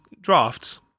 drafts